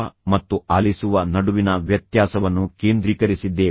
ತದನಂತರ ನಾವು ಕೇಳುವ ಮತ್ತು ಆಲಿಸುವ ನಡುವಿನ ವ್ಯತ್ಯಾಸವನ್ನು ಕೇಂದ್ರೀಕರಿಸಿದ್ದೇವೆ